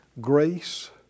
grace